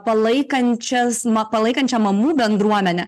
palaikančias ma palaikančią mamų bendruomenę